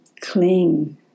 cling